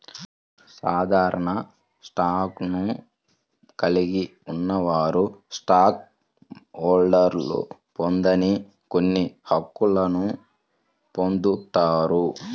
సాధారణ స్టాక్ను కలిగి ఉన్నవారు స్టాక్ హోల్డర్లు పొందని కొన్ని హక్కులను పొందుతారు